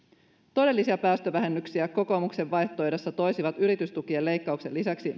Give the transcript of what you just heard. todellisia päästövähennyksiä kokoomuksen vaihtoehdossa toisivat yritystukien leikkauksen lisäksi